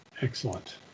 Excellent